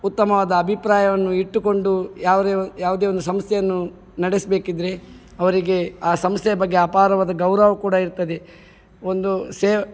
ಉತ್ತಮವಾದ ಅಭಿಪ್ರಾಯವನ್ನು ಇಟ್ಟುಕೊಂಡು ಯಾವುದೇ ಒ ಯಾವುದೇ ಒಂದು ಸಂಸ್ಥೆಯನ್ನು ನಡೆಸೇಕಿದ್ದರೆ ಅವರಿಗೆ ಆ ಸಂಸ್ಥೆಯ ಬಗ್ಗೆ ಅಪಾರವಾದ ಗೌರವ ಕೂಡ ಇರ್ತದೆ ಒಂದು ಸೆ